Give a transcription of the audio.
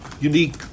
unique